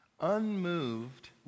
Unmoved